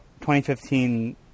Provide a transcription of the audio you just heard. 2015